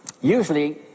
usually